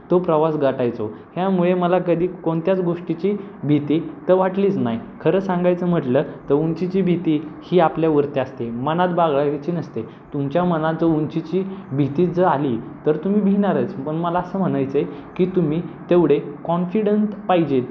तो प्रवास गाठायचो ह्यामुळे मला कधी कोणत्याच गोष्टीची भीती तर वाटलीच नाही खरं सांगायचं म्हटलं तर उंचीची भीती ही आपल्यावरती असते मनात बाळगायची नसते तुमच्या मनात जर उंचीची भीती जर आली तर तुम्ही भिणारच पण मला असं म्हणायचं आहे की तुम्ही तेवढे कॉन्फिडंट पाहिजेत